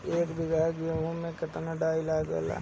एक बीगहा गेहूं में केतना डाई लागेला?